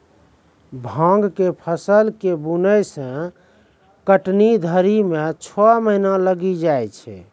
भाँग के फसल के बुनै से कटनी धरी मे छौ महीना लगी जाय छै